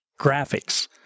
graphics